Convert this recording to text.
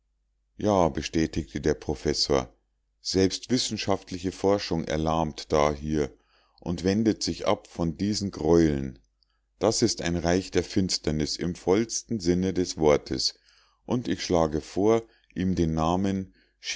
ja bestätigte der professor selbst wissenschaftliche forschung erlahmt dahier und wendet sich ab von diesen greueln das ist ein reich der finsternis im vollsten sinne des wortes und ich schlage vor ihm den namen